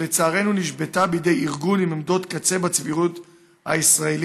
שלצערנו נשבתה בידי ארגון עם עמדות קצה בציבוריות הישראלית,